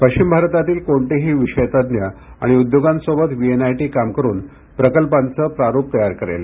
पश्विम भारतातील कोणतेही विषय तज्ञ आणि उद्योगांसोबत वीएनआयटी काम करुन प्रकल्पांचे प्रारुप तयार करेल